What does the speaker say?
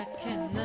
can